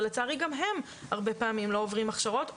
ולצערי גם הם לא עוברים הכשרות הרבה פעמים,